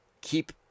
keep